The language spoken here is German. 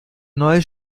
neues